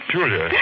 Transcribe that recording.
Julia